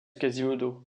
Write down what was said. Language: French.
quasimodo